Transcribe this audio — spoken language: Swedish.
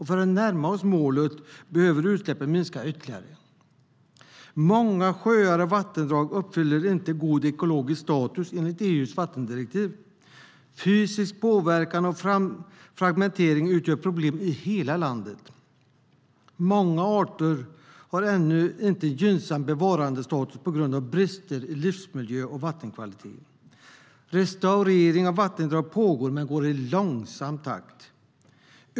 För att närma oss målet behöver vi minska utsläppen ytterligare. Många sjöar och vattendrag uppfyller inte god ekologisk status enligt EU:s vattendirektiv. Fysisk påverkan och fragmentering utgör problem i hela landet. Många arter har ännu inte gynnsam bevarandestatus på grund av brister i livsmiljö och vattenkvalitet. Restaurering av vattendrag pågår, men i långsam takt.